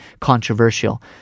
controversial